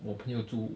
我朋友住